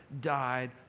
died